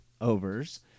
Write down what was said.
overs –